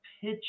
pitch